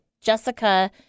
Jessica